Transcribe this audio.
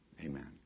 Amen